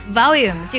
volume